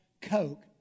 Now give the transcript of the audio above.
Coke